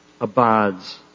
abides